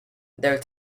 though